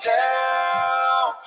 down